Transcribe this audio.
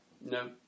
no